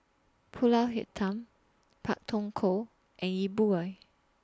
Pulut Hitam Pak Thong Ko and Yi Bua